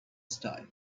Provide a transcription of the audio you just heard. style